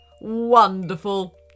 Wonderful